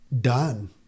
done